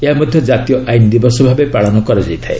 ଏହାମଧ୍ୟ ଜାତୀୟ ଆଇନ୍ ଦିବସ ଭାବେ ପାଳନ କରାଯାଇଥାଏ